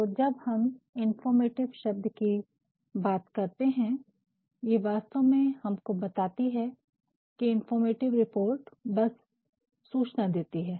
तो जब हम इन्फोर्मटिव शब्द कि बात करते है ये वास्तव में हमको बताती है कि इन्फोर्मटिव रिपोर्ट बस सूचना देती है